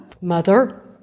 mother